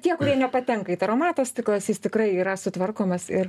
tie kurie nepatenka į taromatą stiklas jis tikrai yra sutvarkomas ir